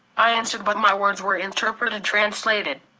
i answered but my words were interpreted translated.